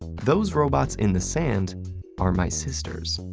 those robots in the sand are my sisters.